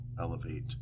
elevate